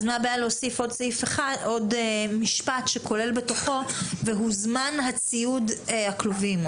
מה הבעיה להוסיף עוד משפט שכולל: והוזמן ציוד הכלובים.